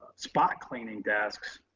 spot cleaning desks,